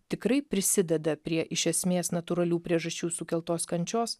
tikrai prisideda prie iš esmės natūralių priežasčių sukeltos kančios